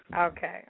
Okay